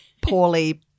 poorly